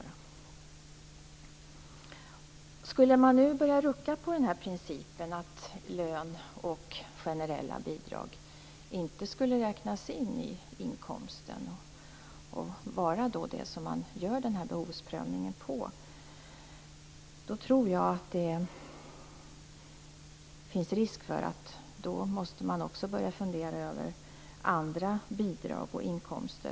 Skulle man nu börja rucka på principen och säga att lön och generella bidrag inte skulle räknas in i inkomsten och vara det som man grundar den här behovsprövningen på, tror jag att det finns risk för att man också måste börja fundera över andra bidrag och inkomster.